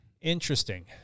Interesting